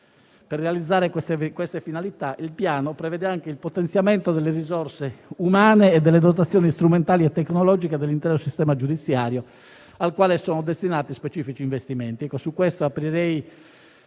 Per realizzare questa finalità, il Piano prevede anche il potenziamento delle risorse umane e delle dotazioni strumentali e tecnologiche dell'intero sistema giudiziario, al quale sono destinati specifici investimenti. Credo siano tre